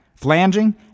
flanging